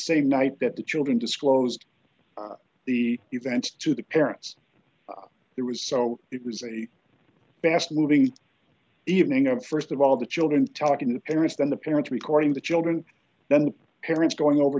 same night that the children disclosed the events to the parents it was so it was a basket moving evening of st of all the children talking to the parents then the parents recording the children then the parents going over